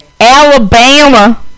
Alabama